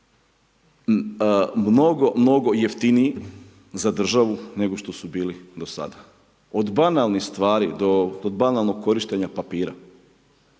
biti mnogo jeftiniji za državu, nego što su bili do sada, od banalnih stvari, do banalnog korištenja papira.